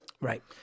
Right